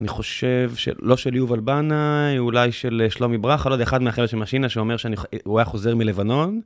אני חושב שלא של יובל בנאי, אולי של שלומי ברכה, אני לא יודע, אחד מהחבר'ה של משינה שאומר שהוא היה חוזר מלבנון.